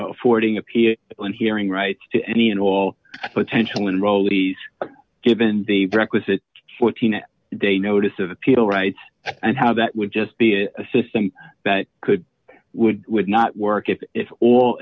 affording appear and hearing rights to any and all but ten children rowley's given the requisite fourteen day notice of appeal rights and how that would just be a system that could would would not work if if all